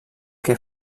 que